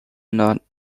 not